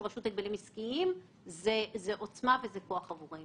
רשות הגבלים עסקיים הם עוצמה וכוח עבורנו.